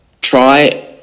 try